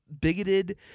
bigoted